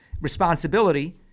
responsibility